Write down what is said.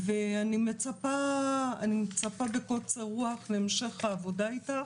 ואני מצפה בקוצר רוח להמשך העבודה איתך.